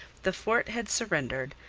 the fort had surrendered,